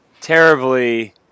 terribly